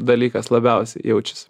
dalykas labiausiai jaučiasi